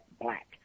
Black